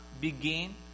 begin